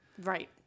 Right